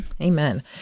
Amen